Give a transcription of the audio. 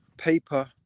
paper